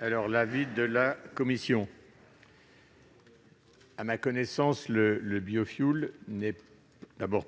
est l'avis de la commission ? À ma connaissance, le biofioul n'est pas